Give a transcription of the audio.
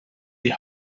die